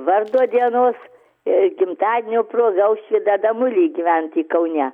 vardo dienos ir gimtadienio proga aušvydą davulį gyventį kaune